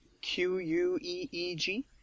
Q-U-E-E-G